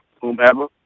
whomever